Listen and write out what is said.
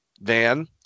van